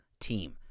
team